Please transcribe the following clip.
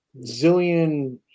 zillion